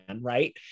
right